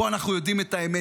פה אנחנו יודעים את האמת.